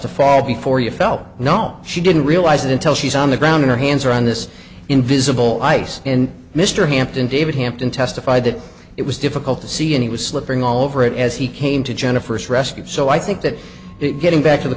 to fall before you fell no she didn't realize it until she's on the ground in her hands or on this invisible ice and mr hampton david hampton testified that it was difficult to see and he was slipping all over it as he came to jennifer's rescue so i think that getting back to the